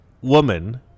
woman